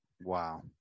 Wow